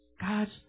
God's